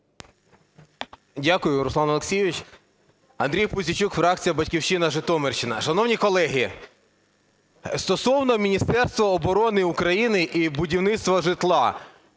Дякую, Руслан Олексійович. Андрій Пузійчук, фракція "Батьківщина", Житомирщина. Шановні колеги, стосовно Міністерства оборони України і будівництва житла.